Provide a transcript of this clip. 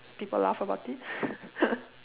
people laugh about it